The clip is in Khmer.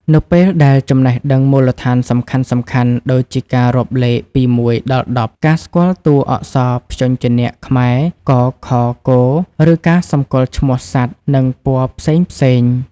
នៅពេលដែលចំណេះដឹងមូលដ្ឋានសំខាន់ៗ ដូចជាការរាប់លេខពី ១ ដល់ ១០ ការស្គាល់តួអក្សរព្យញ្ជនៈខ្មែរ ក ខ គ ឬការសម្គាល់ឈ្មោះសត្វ និងពណ៌ផ្សេងៗ